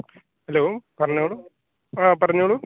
hello hello പറഞ്ഞോളൂ ആ പറഞ്ഞോളു